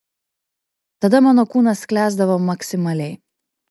tada mano kūnas sklęsdavo maksimaliai